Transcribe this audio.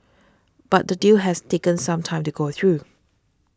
but the deal has taken some time to go through